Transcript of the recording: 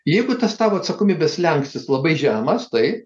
jeigu tas tavo atsakomybės slenkstis labai žemas taip